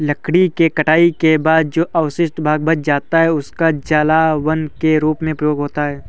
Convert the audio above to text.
लकड़ी के कटाई के बाद जो अवशिष्ट भाग बच जाता है, उसका जलावन के रूप में प्रयोग होता है